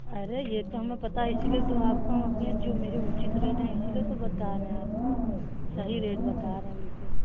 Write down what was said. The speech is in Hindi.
अरे ये तो हमें पता है इसीलिए तो हम आपको अपने जो मेरे उचित रेट हैं इसीलिए तो बता रहे हैं आपको सही रेट बता रहे हैं बिल्कुल